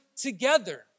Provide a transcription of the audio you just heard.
together